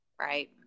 Right